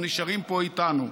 הם נשארים פה איתנו.